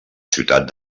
ciutat